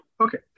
okay